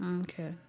Okay